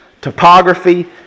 topography